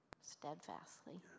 steadfastly